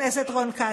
חבר הכנסת רון כץ,